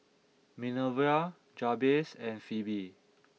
Minervia Jabez and Pheobe